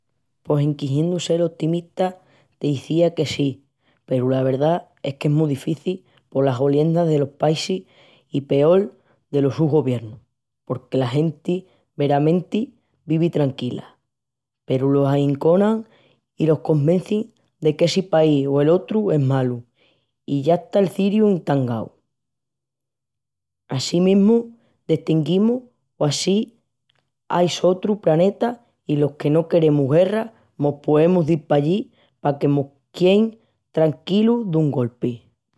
Pos en quixiendu sel otimista t'izía que sí peru la verdá es que es mu difici polas goliendas delos paísis i, peol, delos sus goviernus, porque la genti veramenti vivi tranquila peru las ahinchonan i las convencin de qu'essi país o el otru es malu i yasta'l ciriu entangau. Á si mos destinguimus o á si ai sotru praneta i los que no queremus guerra mos poemus dil pallí paque mos quein tranquilus dun golpi.